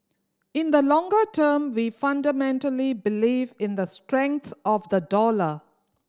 in the longer term we fundamentally believe in the strength of the dollar